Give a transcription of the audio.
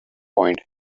point